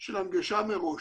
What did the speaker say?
של הנגשה מראש.